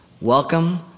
Welcome